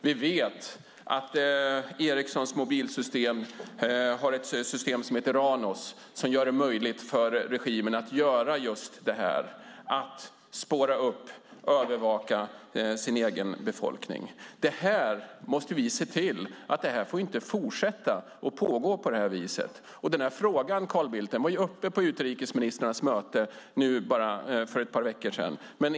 Vi vet att Ericsson har ett system som heter Ranos och som gör det möjligt för regimen att just spåra upp och övervaka sin egen befolkning. Vi måste se till att detta inte får fortsätta. Den här frågan var uppe på utrikesministrarnas möte för bara ett par veckor sedan.